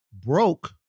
broke